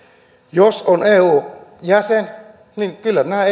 jos on eun jäsen niin kyllä nämä